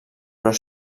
però